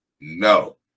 No